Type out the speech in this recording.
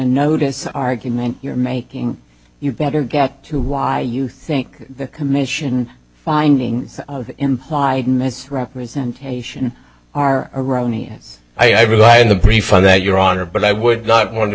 notice argument you're making you better get to why you think the commission findings implied misrepresentation are erroneous i rely in the brief for that your honor but i would not want to